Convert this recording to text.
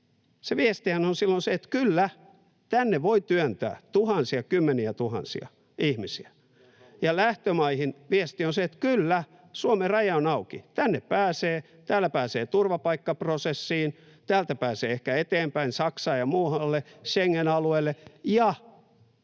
Se viestihän on silloin se, että kyllä, tänne voi työntää tuhansia, kymmeniätuhansia ihmisiä, ja lähtömaihin viesti on se, että kyllä, Suomen raja on auki, tänne pääsee, täällä pääsee turvapaikkaprosessiin, täältä pääsee ehkä eteenpäin Saksaan ja muualle Schengen-alueelle,